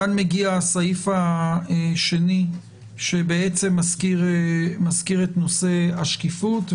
כאן מגיע הסעיף השני שמזכיר את נושא השקיפות.